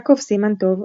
יעקב סימן-טוב,